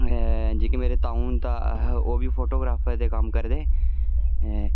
ऐ जेह्के मेरे ताऊ न तां ओह् बी फोटोग्राफर दे कम्म करदे